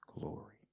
glory